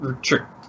sure